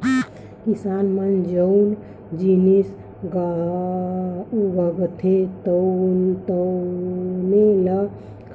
किसान मन जउन जिनिस उगाथे तउने ल